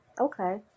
Okay